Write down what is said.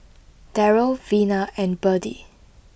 Darrel Vina and Berdie